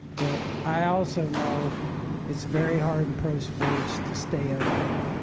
but i also know it's very hard pro sports to stay up there.